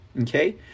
Okay